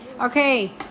Okay